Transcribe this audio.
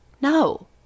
no